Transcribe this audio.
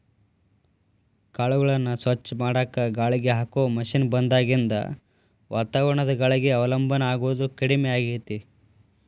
ಕಾಳುಗಳನ್ನ ಸ್ವಚ್ಛ ಮಾಡಾಕ ಗಾಳಿಗೆ ಹಾಕೋ ಮಷೇನ್ ಬಂದಾಗಿನಿಂದ ವಾತಾವರಣದ ಗಾಳಿಗೆ ಅವಲಂಬನ ಆಗೋದು ಕಡಿಮೆ ಆಗೇತಿ